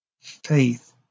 faith